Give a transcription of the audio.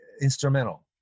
instrumental